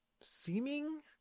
seeming